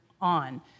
on